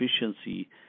efficiency